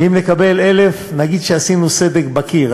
אם נקבל 1,000 נגיד שעשינו סדק בקיר,